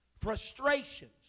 frustrations